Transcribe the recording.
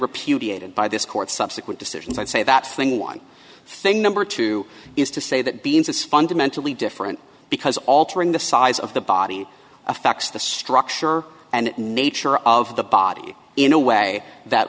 repudiated by this court subsequent decisions i'd say that thing one thing number two is to say that beans is fundamentally different because altering the size of the body affects the structure and nature of the body in a way that